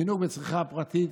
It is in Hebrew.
וזינוק בצריכה הפרטית,